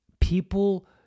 people